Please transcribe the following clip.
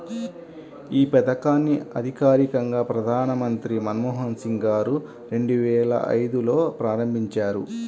యీ పథకాన్ని అధికారికంగా ప్రధానమంత్రి మన్మోహన్ సింగ్ గారు రెండువేల ఐదులో ప్రారంభించారు